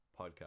podcast